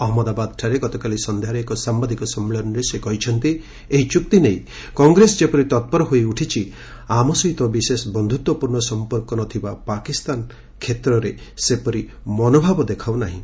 ଅହମ୍ମଦାବାଦଠାରେ ଗତକାଲି ସନ୍ଧ୍ୟାରେ ଏକ ସାମ୍ବାଦିକ ସମ୍ମିଳନୀରେ ସେ କହିଛନ୍ତି ଏହି ଚୁକ୍ତି ନେଇ କଂଗ୍ରେସ ଯେପରି ତତ୍ପର ହୋଇଉଠିଛି ଆମ ସହିତ ବିଶେଷ ବନ୍ଧୁତ୍ୱପୂର୍ଣ୍ଣ ସମ୍ପର୍କ ନ ଥିବା ପାକିସ୍ତାନ କ୍ଷେତ୍ରରେ ସେପରି ମନୋଭାବ ଦେଖାଉ ନାହିଁ